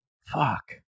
fuck